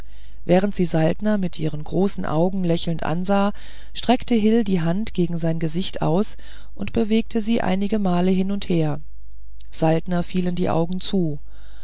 während sie saltner aus ihren großen augen lächelnd ansah streckte hil die hand gegen sein gesicht aus und bewegte sie einige male hin und her saltner fielen die augen zu